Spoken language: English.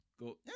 go